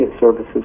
Services